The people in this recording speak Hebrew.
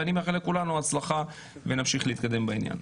ואני מאחל לכולנו הצלחה, ונמשיך להתקדם בעניין.